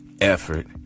effort